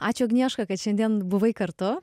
ačiū agnieška kad šiandien buvai kartu